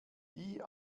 die